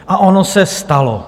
A ono se stalo.